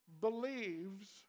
believes